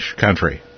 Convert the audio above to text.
country